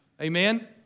Amen